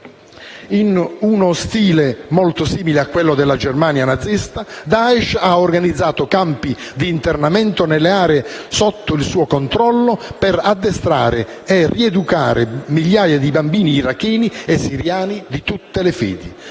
In uno stile molto simile a quello della Germania nazista, Daesh ha organizzato campi di internamento nelle aree sotto il suo controllo, per addestrare e rieducare migliaia di bambini iracheni e siriani di tutte le fedi.